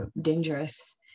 dangerous